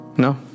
No